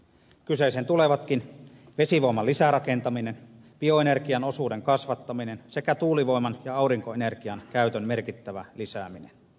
kyseeseen tulevatkin vesivoiman lisärakentaminen bioenergian osuuden kasvattaminen sekä tuulivoiman ja aurinkoenergian käytön merkittävä lisääminen